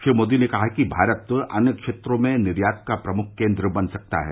श्री मोदी ने कहा कि भारत अन्य क्षेत्रों में निर्यात का प्रमुख केन्द्र बन सकता है